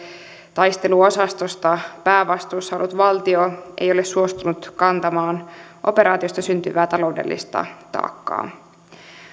taisteluosastosta päävastuussa ollut valtio ei ole suostunut kantamaan operaatiosta syntyvää taloudellista taakkaa